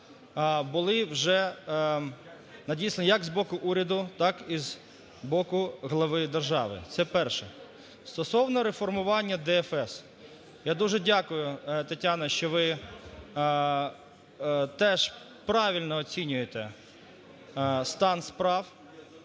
були вже надіслані, як з боку уряду, так і з боку глави держави. Це перше. Стосовно реформування ДФС. Я дуже дякую, Тетяна, що ви теж правильно оцінюєте стан справ